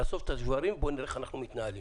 לאסוף את השברים ולראות איך אנחנו מתנהגים.